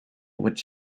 which